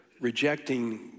rejecting